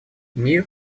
мир